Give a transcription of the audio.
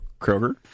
kroger